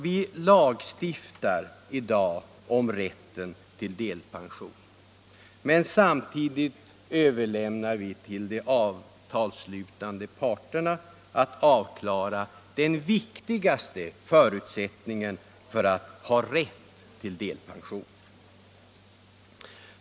Vi lagstiftar alltså i dag om rätten till delpension, men samtidigt överlämnar vi till de avtalsslutande parterna att klara av den viktigaste föresättningen för att ha rätt till delpension.